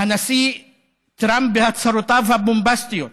הנשיא טראמפ בהצהרותיו הבומבסטיות